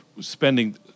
spending